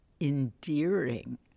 endearing